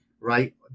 right